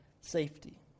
safety